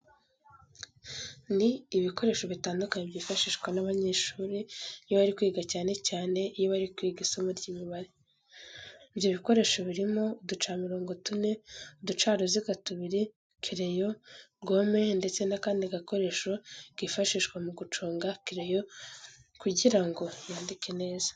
Ni ibikoresho bitandukanye byifashishwa n'abanyeshuri iyo bari kwiga cyane cyane iyo bari kwiga isomo ry'imibare. Ibyo bikoresho birimo uducamirongo tune, uducaruziga tubiri, kereyo, gome ndetse n'akandi gakoresho kifashishwa mu guconga kereyo kugira ngo yandike neza.